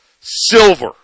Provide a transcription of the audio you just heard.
silver